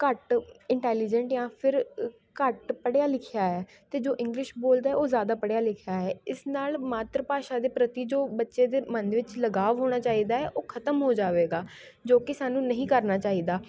ਘੱਟ ਇੰਟੈਲੀਜੈਂਟ ਜਾਂ ਫਿਰ ਅ ਘੱਟ ਪੜ੍ਹਿਆ ਲਿਖਿਆ ਹੈ ਅਤੇ ਜੋ ਇੰਗਲਿਸ਼ ਬੋਲਦਾ ਹੈ ਉਹ ਜ਼ਿਆਦਾ ਪੜ੍ਹਿਆ ਲਿਖਿਆ ਹੈ ਇਸ ਨਾਲ ਮਾਤਰ ਭਾਸ਼ਾ ਦੇ ਪ੍ਰਤੀ ਜੋ ਬੱਚੇ ਦੇ ਮਨ ਦੇ ਵਿੱਚ ਲਗਾਵ ਹੋਣਾ ਚਾਹੀਦਾ ਹੈ ਉਹ ਖਤਮ ਹੋ ਜਾਵੇਗਾ ਜੋ ਕਿ ਸਾਨੂੰ ਨਹੀਂ ਕਰਨਾ ਚਾਹੀਦਾ